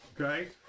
Okay